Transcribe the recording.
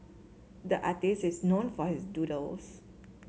the artist is known for his doodles